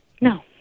No